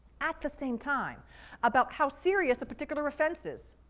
at the same time about how serious a particular offense is,